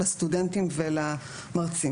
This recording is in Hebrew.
לסטודנטים ולמרצים,